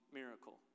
miracle